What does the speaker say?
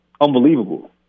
unbelievable